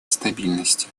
стабильности